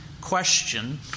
question